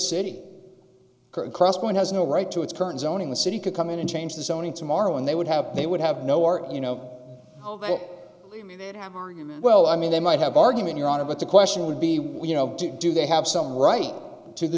city crosspoint has no right to its current zoning the city could come in and change the zoning tomorrow and they would have they would have no or you know well i mean they might have argument your honor but the question would be what you know do they have some right to the